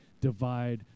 divide